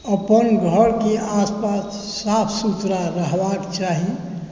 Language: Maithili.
अपन घरकेँ आसपास साफ सुथड़ा रहबाक चाही